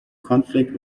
conflict